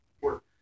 work